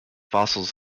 fossils